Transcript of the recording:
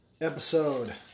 episode